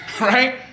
Right